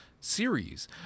series